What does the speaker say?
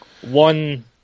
one